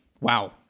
Wow